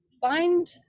find